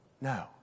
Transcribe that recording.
no